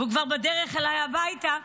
והוא כבר בדרך אליי הביתה,